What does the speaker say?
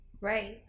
right